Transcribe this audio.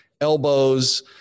elbows